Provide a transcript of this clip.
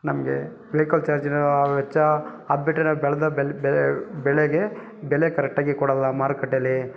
ನಮಗೆ ವೆಯ್ಕಲ್ ಚಾರ್ಜಿನ ವೆಚ್ಚ ಅದು ಬಿಟ್ಟರೆ ನಾವು ಬೆಳೆದ ಬೆಲ್ ಬೆಳೆ ಬೆಳೆಗೆ ಬೆಲೆ ಕರೆಕ್ಟಾಗಿ ಕೊಡಲ್ಲ ಮಾರುಕಟ್ಟೇಲಿ